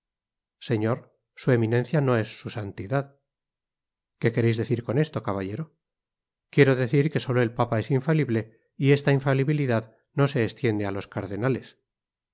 señor su eminencia no es su santidad qué quereis decir con esto caballero quiero decir que solo el papa es infalible y esta infalibilidad no se estiende á los cardenales